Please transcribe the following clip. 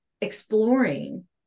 exploring